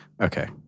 Okay